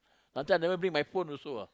last time I never bring my phone also ah